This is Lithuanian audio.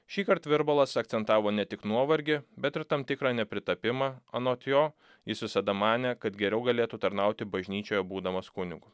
šįkart virbalas akcentavo ne tik nuovargį bet ir tam tikrą nepritapimą anot jo jis visada manė kad geriau galėtų tarnauti bažnyčioje būdamas kunigu